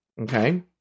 okay